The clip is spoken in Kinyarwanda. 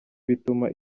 bituma